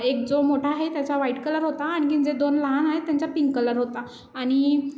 एक जो मोठा आहे त्याचा व्हाइट कलर होता आणखी जे दोन लहान आहेत त्यांचा पिंक कलर होता आणि